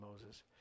Moses